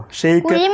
shake